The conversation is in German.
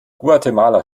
guatemala